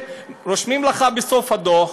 רושמים לך בסוף הדוח: